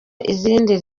izindi